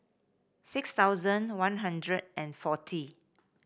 six thousand One Hundred and forty